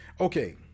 Okay